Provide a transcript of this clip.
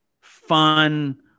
fun